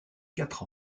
quatre